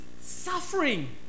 suffering